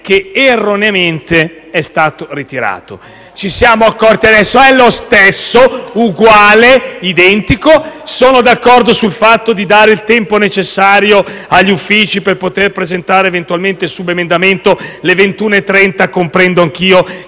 che, erroneamente, è stato ritirato. Ci siamo accorti solo adesso che è lo stesso, uguale e identico. Sono d'accordo sul fatto di dare il tempo necessario agli uffici per poter presentare, eventualmente, subemendamenti. Comprendo anch'io